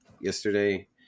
yesterday